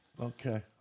Okay